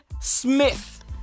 Smith